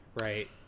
right